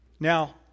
Now